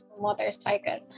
motorcycle